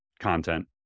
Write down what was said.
content